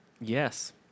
yes